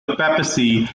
papacy